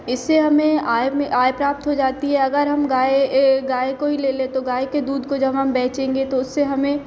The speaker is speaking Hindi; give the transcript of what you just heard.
इससे हमें आय में आय प्राप्त हो जाती है अगर हम गाय गाय को ही ले लें तो गाय के दूध को जब हम बेचेंगे तो उससे हमें